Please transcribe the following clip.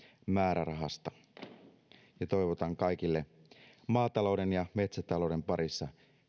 määrärahasta toivotan kaikille maatalouden ja metsätalouden parissa